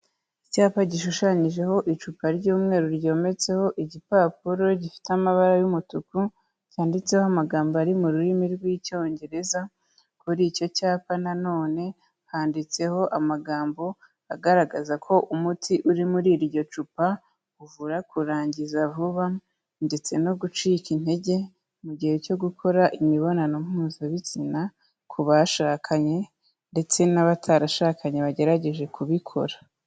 Icyapa gishushanyijeho icupa ry'umweru ryometseho igipapuro gifite amabara y'umutuku, cyanditseho amagambo ari mu rurimi rw'Icyongereza, kuri icyo cyapa na none handitseho amagambo agaragaza ko umuti uri muri iryo cupa uvura kurangiza vuba ndetse no gucika intege, mu gihe cyo gukora imibonano mpuzabitsina, ku bashakanye ndetse n'abatarashakanye bagerageje kubikora.